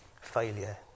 failure